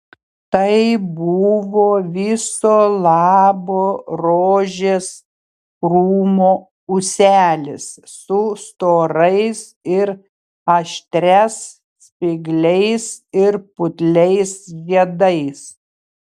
tai buvo viso labo rožės krūmo ūselis su storais ir aštrias spygliais ir putliais žiedais